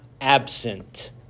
absent